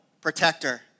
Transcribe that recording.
protector